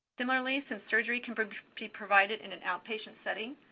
similarly, since surgery can be provided in an outpatient setting,